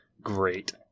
Great